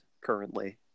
currently